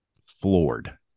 floored